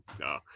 No